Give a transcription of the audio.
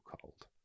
cold